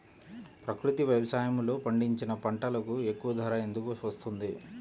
ప్రకృతి వ్యవసాయములో పండించిన పంటలకు ఎక్కువ ధర ఎందుకు వస్తుంది?